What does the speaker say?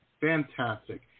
Fantastic